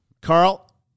Carl